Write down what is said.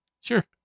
Sure